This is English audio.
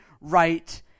right